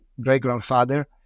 great-grandfather